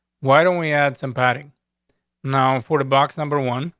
why don't we add some padding now for the box number one,